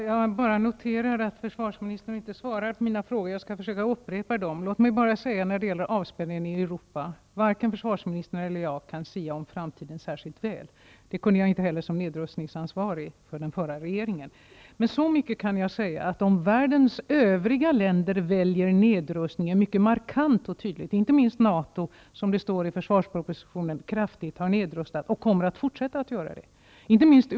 Herr talman! Jag noterar att försvarsministern inte svarar på mina frågor. Jag skall försöka att upprepa dem. När det gäller avspänningen i Europa vill jag bara säga att varken försvarsministern eller jag kan sia särskilt väl om framtiden. Det kunde jag inte heller som nedrustningsansvarig i den förra regeringen. Men så mycket kan jag säga att världens övriga länder mycket markant och tydligt väljer nedrustning. Inte minst NATO har nedrustat kraftigt, som det står i försvarspropositionen. Man kommer även att fortsätta att göra det.